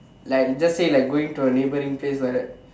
like just say like going to a neighbouring place like that